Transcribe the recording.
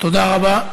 תודה רבה.